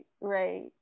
right